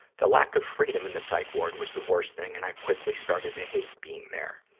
the lack of freedom in the psych ward was the worst thing, and i quickly started to hate being there.